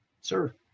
Sir